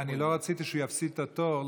אני לא רציתי שהוא יפסיד את התור,